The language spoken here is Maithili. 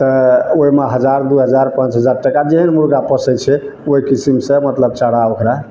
तऽ ओहिमे हजार दू हजार पाँच हजार टका जेहन मुर्गा पोसैत छै ओहि किसिमसँ मतलब चारा ओकरा